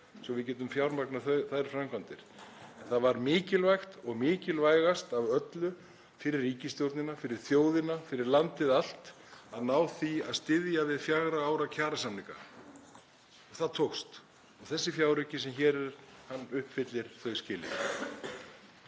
svo að við getum fjármagnað þær framkvæmdir. Það var mikilvægt. Og mikilvægast af öllu fyrir ríkisstjórnina, fyrir þjóðina, fyrir landið allt var að ná því að styðja við fjögurra ára kjarasamninga og það tókst. Og þessi fjárauki sem hér er, hann uppfyllir þau skilyrði.